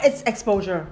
is exposure